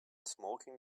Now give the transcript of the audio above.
smoking